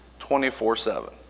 24-7